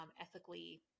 ethically